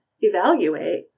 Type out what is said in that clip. evaluate